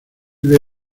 veo